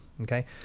Okay